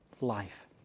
life